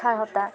اچھا ہوتا ہے